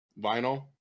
vinyl